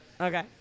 Okay